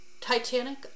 Titanic